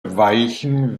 weichen